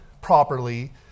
properly